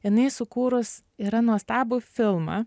jinai sukūrus yra nuostabų filmą